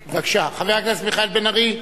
בבקשה, חבר הכנסת מיכאל בן-ארי.